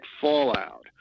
fallout